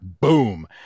boom